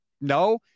no